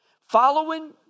Following